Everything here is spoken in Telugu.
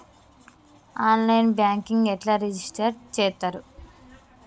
ఆన్ లైన్ బ్యాంకింగ్ ఎట్లా రిజిష్టర్ చేత్తరు?